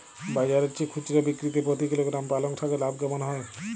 বাজারের চেয়ে খুচরো বিক্রিতে প্রতি কিলোগ্রাম পালং শাকে লাভ কেমন হয়?